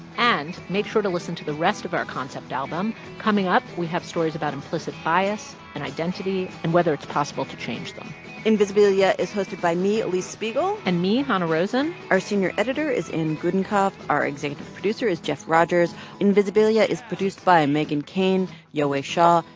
and make sure to listen to the rest of our concept album. coming up, we have stories about implicit bias and identity and whether it's possible to change them invisibilia is hosted by me, alix spiegel and me hanna rosin our senior editor is ann goodenkav. our executive producer is jeff rogers. invisibilia is produced by megan kane, yowei shaw,